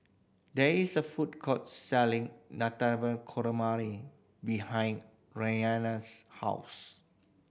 there is a food court selling Navratan Korma behind Ryann's house